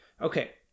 Okay